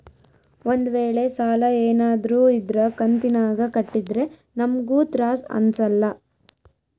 ಒಂದ್ವೇಳೆ ಸಾಲ ಏನಾದ್ರೂ ಇದ್ರ ಕಂತಿನಾಗ ಕಟ್ಟಿದ್ರೆ ನಮ್ಗೂ ತ್ರಾಸ್ ಅಂಸಲ್ಲ